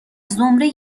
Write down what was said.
زمره